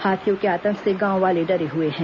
हाथियों के आतंक से गांव वाले डरे हुए हैं